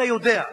ואתה יודע,